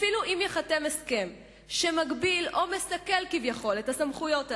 אפילו אם ייחתם הסכם שמגביל או מסכל כביכול את הסמכויות האלה,